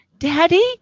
daddy